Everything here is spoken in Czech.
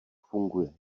funguje